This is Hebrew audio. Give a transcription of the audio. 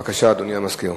בבקשה, אדוני המזכיר.